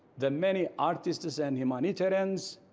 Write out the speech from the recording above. the many artists and humanitarians,